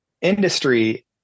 industry